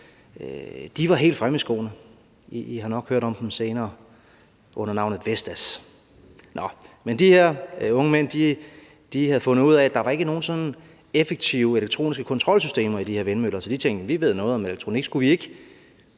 – var helt fremme i skoene. I har nok hørt om dem senere – under navnet Vestas. Nå, men de her unge mænd havde fundet ud af, at der ikke var nogen sådan effektive elektroniske kontrolsystemer i de her vindmøller, så de tænkte: Vi ved noget om elektronik, skulle vi ikke